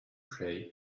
pray